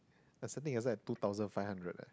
I'm setting aside two thousand five hundred leh